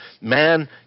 Man